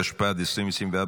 התשפ"ד 2024,